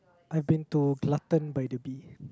I've been to Glutton by the B